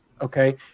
okay